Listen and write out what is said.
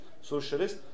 socialist